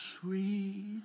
sweet